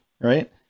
right